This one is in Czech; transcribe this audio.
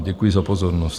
Děkuji za pozornost.